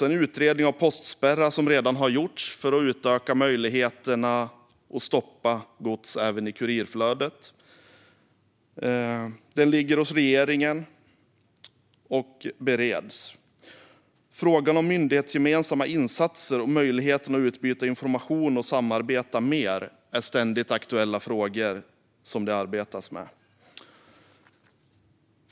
En utredning av postspärrar har redan gjorts för att utöka möjligheterna att stoppa gods även i kurirflödet. Den bereds nu av regeringen. Frågan om myndighetsgemensamma insatser och möjligheter att utbyta information och samarbeta mer är ständigt aktuella frågor som det arbetas med.